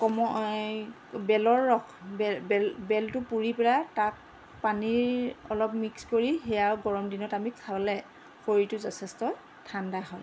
কম এই বেলৰ ৰস বেলটো পুৰি পেলাই তাক পানীৰ অলপ মিক্স কৰি সেয়া গৰম দিনত আমি খালে শৰীৰটো যথেষ্ট ঠাণ্ডা হয়